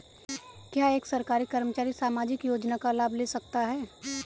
क्या एक सरकारी कर्मचारी सामाजिक योजना का लाभ ले सकता है?